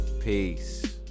peace